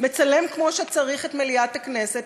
מצלם כמו שצריך את מליאת הכנסת,